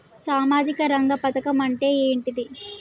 సామాజిక రంగ పథకం అంటే ఏంటిది?